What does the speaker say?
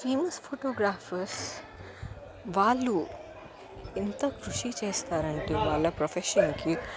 famous photographers వాళ్ళు ఎంత కృషి చేస్తారంటే వాళ్ళ ప్రొఫెషన్కి